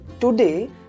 today